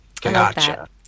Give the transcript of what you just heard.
Gotcha